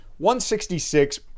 166